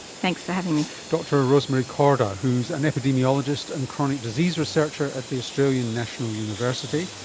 thanks for having me. dr rosemary korda, who is an epidemiologist and chronic disease researcher at the australian national university.